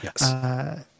Yes